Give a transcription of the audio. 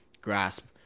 grasp